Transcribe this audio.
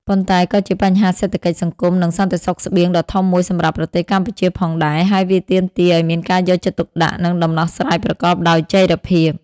ប៉ុន្តែក៏ជាបញ្ហាសេដ្ឋកិច្ច សង្គម និងសន្តិសុខស្បៀងដ៏ធំមួយសម្រាប់ប្រទេសកម្ពុជាផងដែរ ហើយវាទាមទារឱ្យមានការយកចិត្តទុកដាក់ និងដំណោះស្រាយប្រកបដោយចីរភាព។